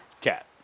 cat